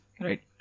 Right